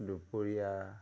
দুপৰীয়া